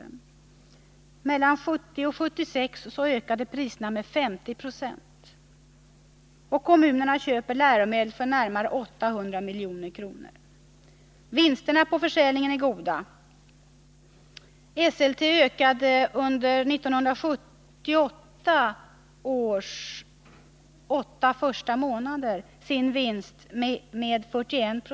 Mellan 1970 och 1976 ökade priserna med 50 26. Kommunerna köper läromedel för närmare 800 milj.kr. Vinsterna på försäljningen är goda. Esselte ökade under 1978 års första åtta månader sin vinst med 41 Ze.